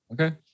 Okay